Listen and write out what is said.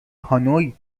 هانوی